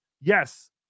Yes